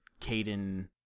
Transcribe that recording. Caden